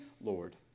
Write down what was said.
Lord